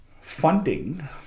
funding